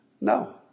No